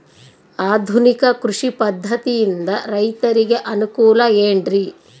ಆಧುನಿಕ ಕೃಷಿ ಪದ್ಧತಿಯಿಂದ ರೈತರಿಗೆ ಅನುಕೂಲ ಏನ್ರಿ?